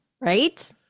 right